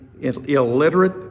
illiterate